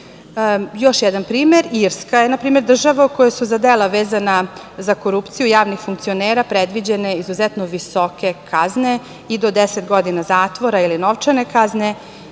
jedan primer. Irska je npr. država u kojoj su za dela vezana za korupciju javnih funkcionera predviđene izuzetno visoke kazne i do 10 godina zatvora ili novčane kazne.